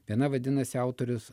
viena vadinasi autorius